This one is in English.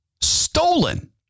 stolen